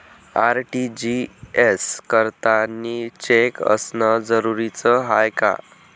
RTGS करतांनी cheque असनं जरुरीच हाय का?